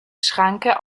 schranke